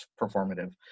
performative